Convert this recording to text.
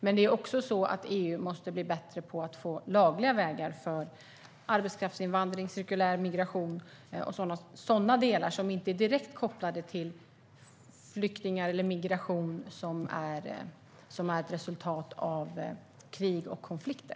EU måste också bli bättre på att skapa lagliga vägar för arbetskraftsinvandring, cirkulär migration och sådant som inte är direkt kopplat till flyktingar eller migration som är ett resultat av krig och konflikter.